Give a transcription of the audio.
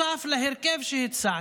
נוסף על ההרכב שהצעתי: